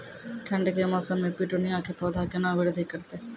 ठंड के मौसम मे पिटूनिया के पौधा केना बृद्धि करतै?